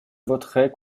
voterai